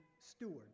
steward